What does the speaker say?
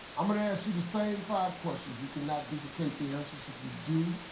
i'm gonna ask you the same five questions. you cannot duplicate the answers. if you do,